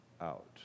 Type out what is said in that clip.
out